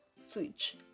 switch